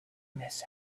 miss